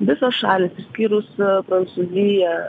visos šalys išskyrus prancūziją